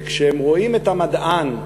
וכשהם רואים את המדען,